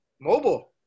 mobile